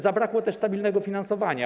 Zabrakło też stabilnego finansowania.